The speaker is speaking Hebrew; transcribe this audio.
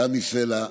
תמי סלע,